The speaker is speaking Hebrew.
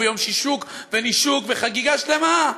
ויום שישוק ונישוק וחגיגה שלמה.